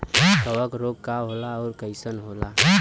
कवक रोग का होला अउर कईसन होला?